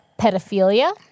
pedophilia